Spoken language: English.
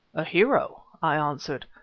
a hero, i answered.